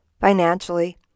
financially